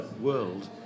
world